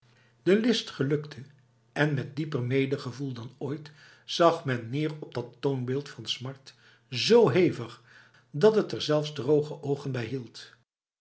de list gelukte en met dieper medegevoel dan ooit zag men neer op dat toonbeeld van een smart z hevig dat het er zelfs droge ogen